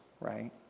right